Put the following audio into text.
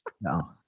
No